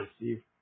receive